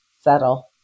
settle